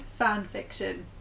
fanfiction